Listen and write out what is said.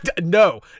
No